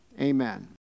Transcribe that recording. Amen